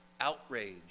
outrage